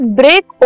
break